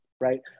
Right